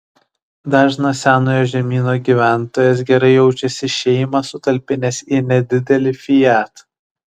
dažnas senojo žemyno gyventojas gerai jaučiasi šeimą sutalpinęs į nedidelį fiat